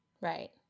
Right